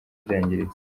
byangiritse